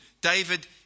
David